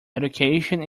education